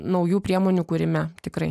naujų priemonių kūrime tikrai